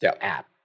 app